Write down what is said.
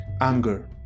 anger